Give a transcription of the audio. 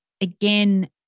again